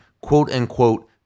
quote-unquote